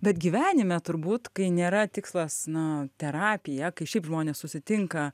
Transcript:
bet gyvenime turbūt kai nėra tikslas na terapija kai šiaip žmonės susitinka